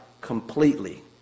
completely